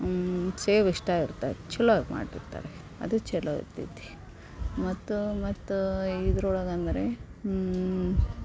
ಸೇವು ಇಷ್ಟ ಇರ್ತೆ ಚಲೋ ಆಗಿ ಮಾಡಿರ್ತಾರೆ ಅದು ಚಲೋ ಇರ್ತೈತಿ ಮತ್ತು ಮತ್ತು ಇದರೊಳಗಂದ್ರೆ ಹ್ಞೂ